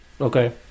Okay